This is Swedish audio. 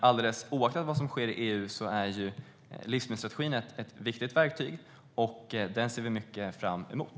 Alldeles oavsett vad som sker i EU är livsmedelsstrategin ett viktigt verktyg, och den ser vi mycket fram emot.